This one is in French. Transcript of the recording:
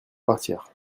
partir